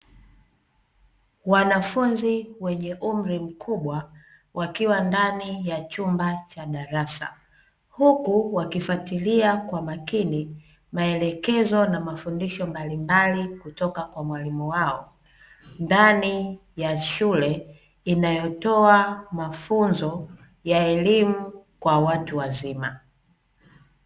Wanafunzi wenye umri mkubwa wakiwa ndani ya chumba cha darasa, huku wakifwatilia kwa umakini maelekezo na mafundisho mbalimbali kutoka kwa mwalimu wao. Ndani ya shule inayotoa mafunzo ya elimu kwa watu wazima.